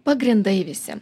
pagrindai visi